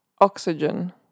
Oxygen